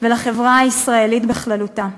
ולחברה הישראלית בכללותה.